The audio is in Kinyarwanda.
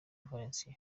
valencia